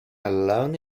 alone